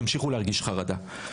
ימשיכו להרגיש חרדה.